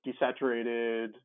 desaturated